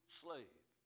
slave